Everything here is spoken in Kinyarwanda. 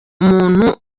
umuntu